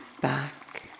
back